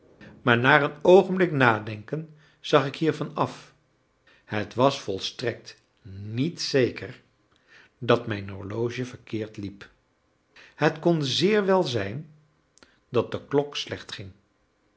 maar na een oogenblik nadenken zag ik hiervan af het was volstrekt niet zeker dat mijn horloge verkeerd liep het kon zeer wel zijn dat de klok slecht ging